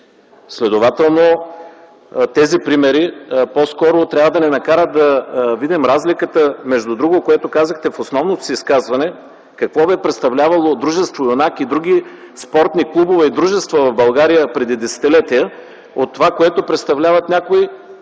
Следователно тези примери по-скоро трябва да ни накарат да видим разликата, между другото, което казахте в основното си изказване – какво би представлявало дружество „Юнак” и други спортни клубове и дружества в България преди десетилетия, от това, което представляват някои